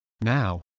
Now